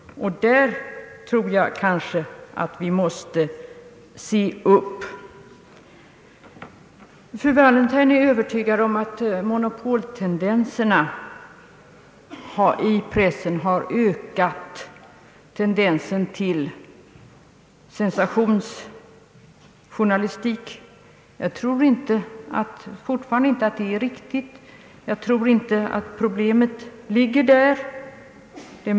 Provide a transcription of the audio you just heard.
Där tror jag att vi måste se upp. Fru Wallentheim är övertygad om att monopoltendenserna i pressen har ökat tendensen till sensationsjournalistik. Jag tror fortfarande inte att det är riktigt. Problemet ligger inte där.